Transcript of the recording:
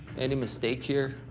any mistake here,